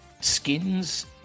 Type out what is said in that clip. skins